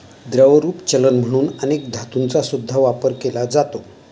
द्रवरूप चलन म्हणून अनेक धातूंचा सुद्धा वापर केला जातो